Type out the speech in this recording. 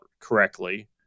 correctly